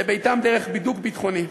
דרך בידוק ביטחוני.